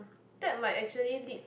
that might actually lead